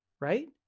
Right